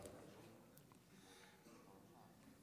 סליחה.